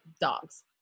dogs